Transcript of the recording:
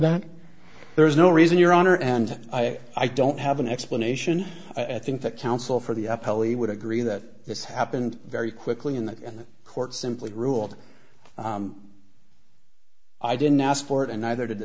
that there is no reason your honor and i don't have an explanation i think that counsel for the up early would agree that this happened very quickly in the court simply ruled i didn't ask for it and neither did the